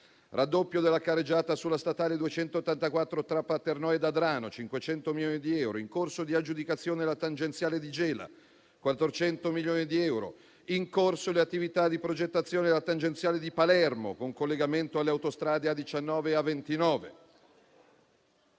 raddoppio della carreggiata sulla statale 284 tra Paternò e Adrano, 500 milioni di euro. È in corso di aggiudicazione la tangenziale di Gela, per 400 milioni di euro, e sono in corso le attività di progettazione della tangenziale di Palermo con collegamento alle autostrade A19 e A29